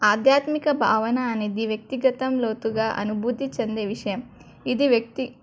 ఆధ్యాత్మిక భావన అనేది వ్యక్తిగతం లోతుగా అనుభూతి చెందే విషయం ఇది వ్యక్తి